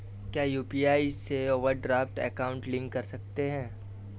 क्या यू.पी.आई से overdraft account link कर सकते हैं?